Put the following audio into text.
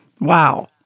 Wow